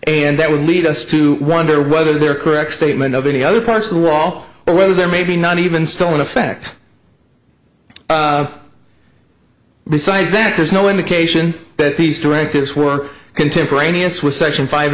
and that would lead us to wonder whether they're correct statement of any other parts of the wall or whether they're maybe not even still in effect besides that there's no indication that these directives work contemporaneous with section five